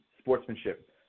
sportsmanship